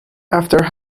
after